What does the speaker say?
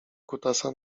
kutasa